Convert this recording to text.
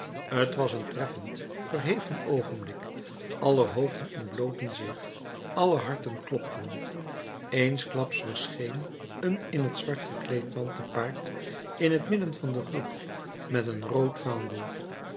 t was een treffend verheven oogenblik aller hoofden ontblootten zich aller harten klopten eensklaps verscheen een in t zwart gekleed man te paard in t midden van de groep met een rood vaandel